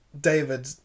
David